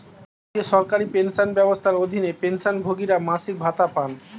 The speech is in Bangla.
জাতীয় সরকারি পেনশন ব্যবস্থার অধীনে, পেনশনভোগীরা মাসিক ভাতা পান